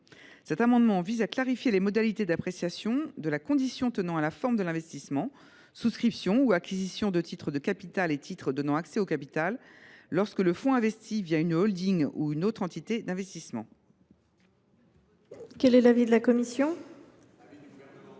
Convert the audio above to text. Cet amendement tend à clarifier les modalités d’appréciation de la condition tenant à la forme de l’investissement – souscription ou acquisition de titres de capital et titres donnant accès au capital –, lorsque le fonds investit une holding ou une autre entité d’investissement. Quel est l’avis de la commission ?